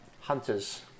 Hunters